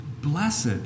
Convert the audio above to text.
Blessed